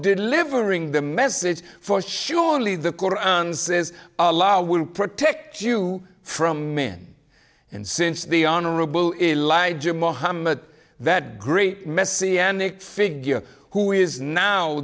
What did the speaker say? delivering the message for surely the koran says a law will protect you from men and since the honorable elijah muhammad that great messianic figure who is now